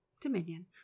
Dominion